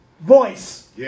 voice